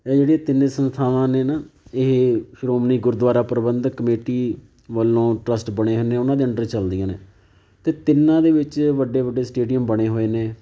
ਇਹ ਜਿਹੜੀਆਂ ਤਿੰਨੇ ਸੰਸਥਾਵਾਂ ਨੇ ਨਾ ਇਹ ਸ਼੍ਰੋਮਣੀ ਗੁਰਦੁਆਰਾ ਪ੍ਰਬੰਧਕ ਕਮੇਟੀ ਵੱਲੋਂ ਟਰੱਸਟ ਬਣੇ ਹੋਏ ਨੇ ਉਹਨਾਂ ਦੇ ਅੰਡਰ ਚੱਲਦੀਆਂ ਨੇ ਅਤੇ ਤਿੰਨਾਂ ਦੇ ਵਿੱਚ ਵੱਡੇ ਵੱਡੇ ਸਟੇਡੀਅਮ ਬਣੇ ਹੋਏ ਨੇ